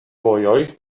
vojoj